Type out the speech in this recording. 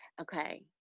okay